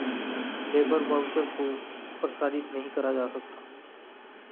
labour voucher को प्रसारित नहीं करा जा सकता